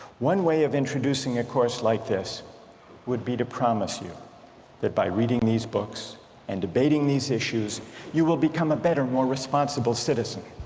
one way of introducing of course like this would be to promise you that by reading these books and debating these issues you will become a better more responsible citizen.